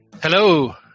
Hello